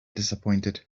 disappointed